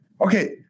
Okay